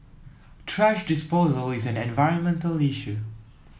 thrash disposal is an environmental issue